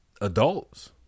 adults